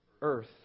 Earth